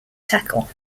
tackle